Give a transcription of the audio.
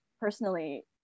Personally